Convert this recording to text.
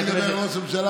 אני מדבר על ראש הממשלה,